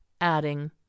adding